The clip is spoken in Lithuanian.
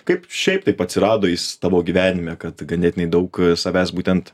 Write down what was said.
kaip šiaip taip atsirado jis tavo gyvenime kad ganėtinai daug savęs būtent